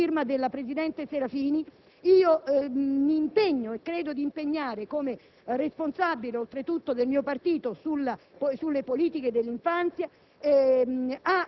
mozione a prima firma della presidente Serafini io mi impegno, come responsabile oltre tutto del mio partito sulle politiche dell'infanzia,